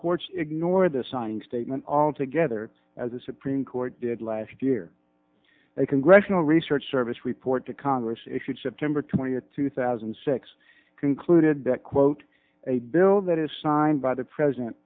courts ignore the signed statement altogether as a supreme court did last year they congressional research service report to congress issued september twentieth two thousand and six concluded that quote a bill that is signed by the president